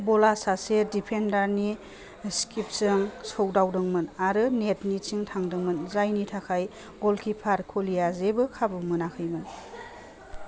बला सासे डिफेन्डारनि स्किटजों सौदावदोंमोन आरो नेटनिथिं थांदोंमोन जायनि थाखाय गलकिपार कलीया जेबो खाबु मोनाखैमोन